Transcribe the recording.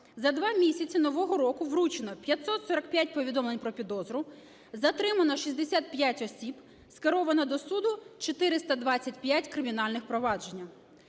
за 2 місяці нового року вручено 545 повідомлень про підозру, затримано 65 осіб, скеровано до суду 425 кримінальних проваджень.